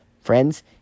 Friends